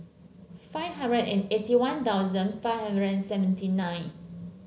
five hundred and eighty One Thousand five hundred and seventy nine